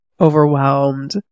overwhelmed